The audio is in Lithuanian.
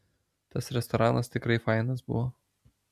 tas restoranas tikrai fainas buvo